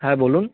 হ্যাঁ বলুন